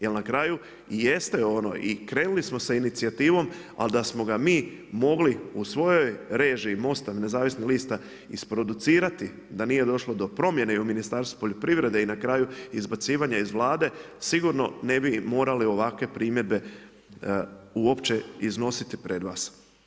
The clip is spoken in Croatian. Jer na kraju i jeste ono i krenuli smo s inicijativom, ali da smo ga mi mogli u svojoj režiji Mosta nezavisnih lista isproducirati, da nije došlo do promjene i u Ministarstvu poljoprivrede i na kraju izbacivanje iz Vlade, sigurno ne bi morali ovakve primjedbe uopće iznositi pred vas.